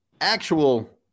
Actual